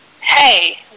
hey